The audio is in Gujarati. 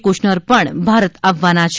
કુશનર પણ ભારત આવવાના છે